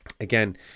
again